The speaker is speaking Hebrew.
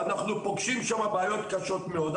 אנחנו פוגשים שמה בעיות קשות מאוד.